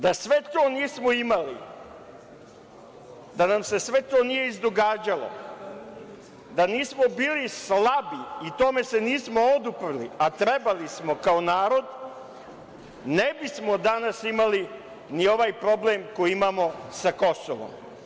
Da sve to nismo imali, da nam se sve to nije izdogađalo, da nismo bili slabi i tome se nismo odupreli, a trebali smo kao narod, ne bismo danas imali ni ovaj problem koji imamo sa Kosovom.